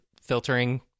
filtering